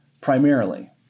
primarily